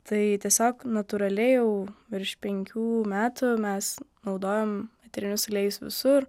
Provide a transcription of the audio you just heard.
tai tiesiog natūraliai jau virš penkių metų mes naudojam eterinius aliejus visur